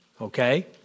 Okay